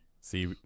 See